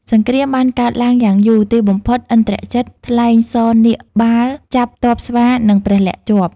សង្គ្រាមបានកើតឡើងយ៉ាងយូរ ទីបំផុតឥន្ទ្រជិត ថ្លែងសរនាគបាល ចាប់ទ័ពស្វានិងព្រះលក្សណ៍ជាប់។